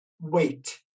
wait